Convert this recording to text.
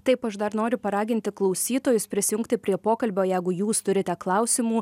taip aš dar noriu paraginti klausytojus prisijungti prie pokalbio jeigu jūs turite klausimų